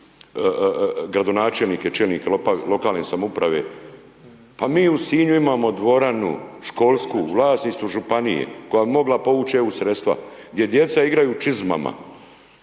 gradonačelnike, čelnike lokalne samouprave, pa mi u Sinju imamo dvoranu, školsku, u vlasništvu Županije koja bi mogla povuć' EU sredstva, gdje djeca igraju u čizmama